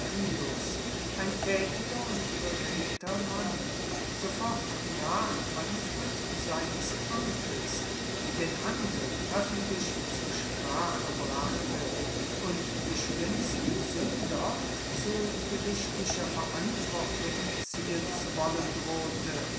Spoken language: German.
ein tätiger und beredter mann sofort nach antritt seines amtes den handel öffentlich zur sprache brachte und die schlimmsten sünder zu gerichtlicher verantwortung ziehen zu wollen drohte